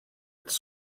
its